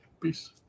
Peace